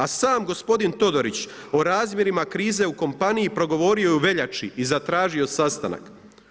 A sam gospodin Todorić o razmjerima krize u kompaniji progovorio je u veljači i zatražio sastanak.